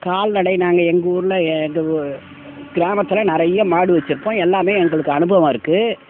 கால்நடை நாங்கள் எங்கள் ஊரில் ஏ எங்கள் பு கிராமத்தில் நிறைய மாடு வெச்சுருப்போம் எல்லாம் எங்களுக்கு அனுபவம் இருக்குது